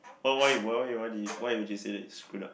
why why you why why did he why would you say that it's screwed up